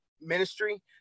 ministry